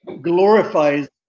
glorifies